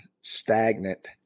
stagnant